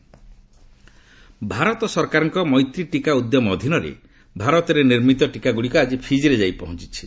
vaccine Fiji Bharat ସରକାରଙ୍କ ମୈତ୍ରୀ ଟିକା ଉଦ୍ୟମ ଅଧୀନରେ ଭାରତରେ ନିର୍ମିତ ଟିକା ଗୁଡ଼ିକ ଆଜି ଫିକିରେ ଯାଇ ପହଞ୍ଚିଛି